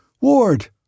Ward